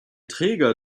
träger